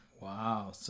Wow